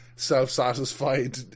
self-satisfied